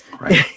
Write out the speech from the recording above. Right